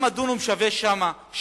אם דונם שם שווה שקל